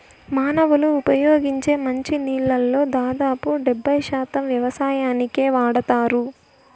మానవులు ఉపయోగించే మంచి నీళ్ళల్లో దాదాపు డెబ్బై శాతం వ్యవసాయానికే వాడతారు